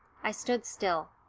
i stood still.